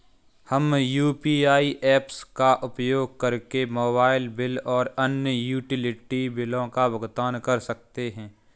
हम UPI apps का उपयोग करके मोबाइल बिल और अन्य यूटिलिटी बिलों का भुगतान कर सकते हैं